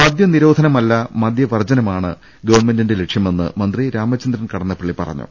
മദ്യനിരോധനമല്ല മദ്യവർജ്ജനമാണ് ഗവൺമെന്റ് ലക്ഷ്യമെന്ന് മന്ത്രി രാമചന്ദ്രൻ കടന്നപ്പള്ളി പറഞ്ഞു